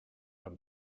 ein